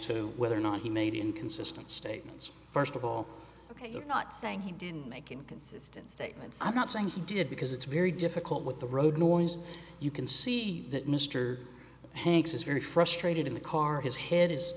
to whether or not he made inconsistent statements first of all ok you're not saying he didn't make inconsistent statements i'm not saying he did because it's very difficult with the road noise you can see that mr hanks is very frustrated in the car his head is